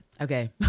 Okay